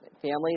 families